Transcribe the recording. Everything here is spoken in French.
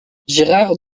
gérard